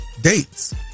dates